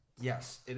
yes